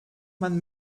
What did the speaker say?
man